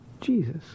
Jesus